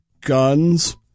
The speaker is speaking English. guns